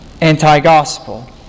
Anti-Gospel